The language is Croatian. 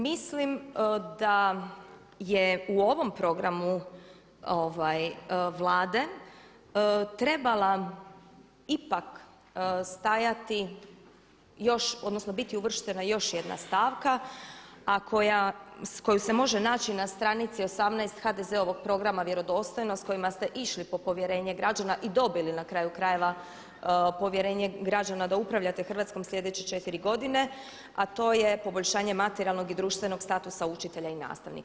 Mislim da je u ovom programu Vlade trebala ipak stajati još, odnosno biti uvrštena još jedna stavka a koju se može naći na stranici 18 HDZ-ovog programa vjerodostojnosti s kojima ste išli po povjerenje građana i dobili na kraju krajeva povjerenje građana da upravljate Hrvatskom slijedeće 4 godine, a to je poboljšanje materijalnog i društvenog statusa učitelja i nastavnika.